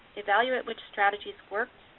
evaluate which strategies worked,